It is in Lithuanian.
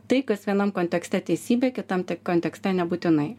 tai kas vienam kontekste teisybė kitam tik kontekste nebūtinai